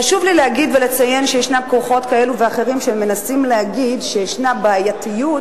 חשוב לי להגיד ולציין שיש כוחות כאלה ואחרים שמנסים להגיד שיש בעייתיות,